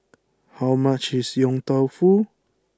how much is Yong Tau Foo